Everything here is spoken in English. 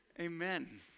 Amen